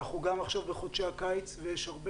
אנחנו גם עכשיו בחודשי הקיץ ויש הרבה